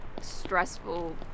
stressful